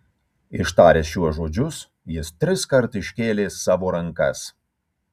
ištaręs šiuos žodžius jis triskart iškėlė savo rankas